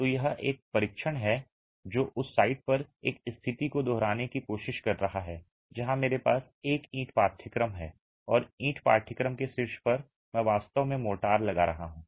तो यह एक परीक्षण है जो उस साइट पर एक स्थिति को दोहराने की कोशिश कर रहा है जहां मेरे पास एक ईंट पाठ्यक्रम है और ईंट पाठ्यक्रम के शीर्ष पर मैं वास्तव में मोर्टार लगा रहा हूं